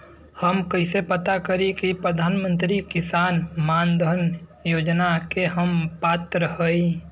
हम कइसे पता करी कि प्रधान मंत्री किसान मानधन योजना के हम पात्र हई?